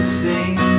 sing